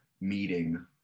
meeting